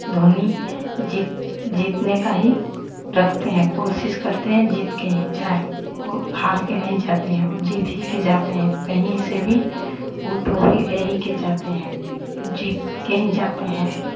धोनी जीत जीतने का ही रखते हैं कोशिश करते हैं जीत के ही जाएं हार के नहीं जाते हैं वो जीत के ही जाते हैं कहीं से भी वो ट्रोफी ले ही के जाते हैं जीत के ही जाते हैं